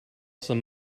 some